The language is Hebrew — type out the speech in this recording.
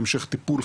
להמשך טיפול,